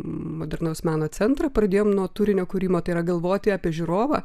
modernaus meno centrą pradėjom nuo turinio kūrimo tai yra galvoti apie žiūrovą